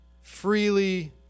freely